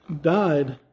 died